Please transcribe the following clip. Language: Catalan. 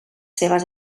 seves